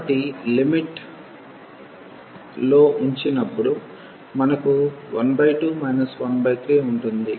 కాబట్టి లిమిట్ లో ఉంచినప్పుడు మనకు 12 13 ఉంటుంది